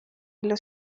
los